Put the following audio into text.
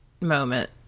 moment